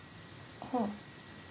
(huh)